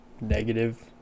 negative